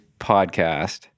podcast